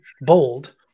bold